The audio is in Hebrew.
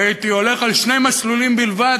הייתי הולך על שני מסלולים בלבד,